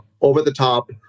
over-the-top